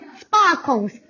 sparkles